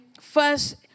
First